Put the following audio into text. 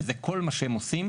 וזה כל מה שהם עושים.